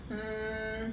mm